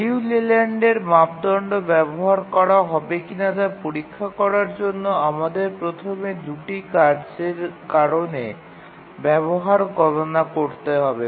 Liu লেল্যান্ডের মাপদণ্ড ব্যবহার করা হবে কিনা তা পরীক্ষা করার জন্য আমাদের প্রথমে ২ টি কার্যের ব্যবহার বিবেচনা করতে হবে